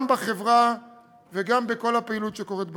גם בחברה וגם בכל הפעילות שקורית בעיר.